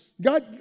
God